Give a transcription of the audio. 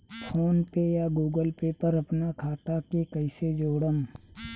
PhonePe या Google Pay पर अपना खाता के कईसे जोड़म?